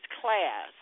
class